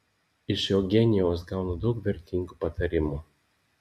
iš eugenijaus gaunu daug vertingų patarimų